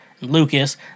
Lucas